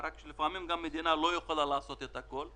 רק אנחנו ב"לתת" משלמים למדינה מע"מ בסדר גודל של 3 מיליון שקלים,